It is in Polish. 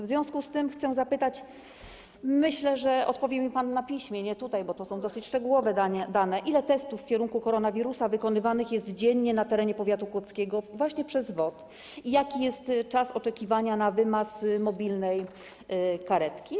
W związku z tym chcę zapytać - myślę, że odpowie mi pan na piśmie, nie tutaj, bo to są dosyć szczegółowe dane - ile testów w kierunku koronawirusa wykonywanych jest dziennie na terenie powiatu kłodzkiego właśnie przez WOT i jaki jest czas oczekiwania na wymaz w przypadku mobilnej karetki.